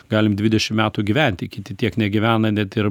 galim dvidešim metų gyventi kiti tiek negyvena net ir